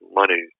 money